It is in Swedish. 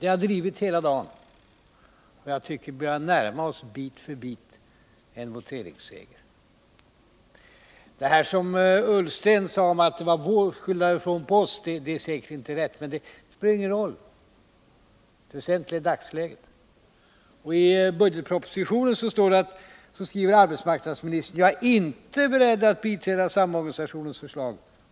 Vi har drivit den frågan hela dagen, och jag tycker att vi bit för bit börjar närma oss en voteringsseger. Det som Ola Ullsten sade om att det var vårt fel är inte sant. Det väsentliga är dagsläget. I budgetpropositionen säger arbetsmarknadsministern: ”Jag är inte nu beredd att biträda samorganisationens förslag.